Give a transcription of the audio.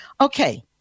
Okay